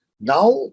now